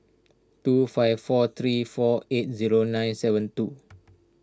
two five four three four eight zero nine seven two